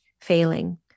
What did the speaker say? failing